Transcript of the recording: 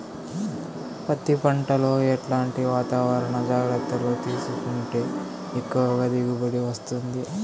పత్తి పంట లో ఎట్లాంటి వాతావరణ జాగ్రత్తలు తీసుకుంటే ఎక్కువగా దిగుబడి వస్తుంది?